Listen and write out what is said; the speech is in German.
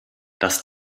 das